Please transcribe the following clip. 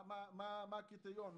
מה הקריטריון?